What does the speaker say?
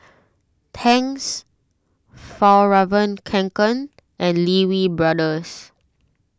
Tangs Fjallraven Kanken and Lee Wee Brothers